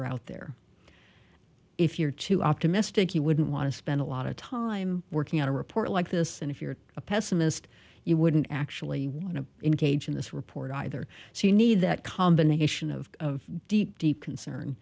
are out there if you're too optimistic you wouldn't want to spend a lot of time working out a report like this and if you're a pessimist you wouldn't actually want to engage in this report either so you need that combination of deep deep concern